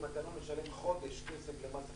אם אתה לא משלם חודש כסף למס הכנסה,